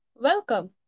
Welcome